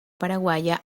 paraguaya